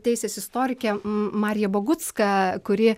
teisės istorikė m marija bagucka kuri